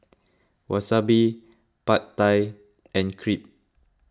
Wasabi Pad Thai and Crepe